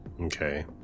Okay